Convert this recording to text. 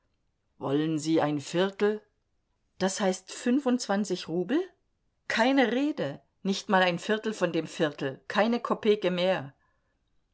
wollen sie ein viertel das heißt fünfundzwanzig rubel keine rede nicht mal ein viertel von dem viertel keine kopeke mehr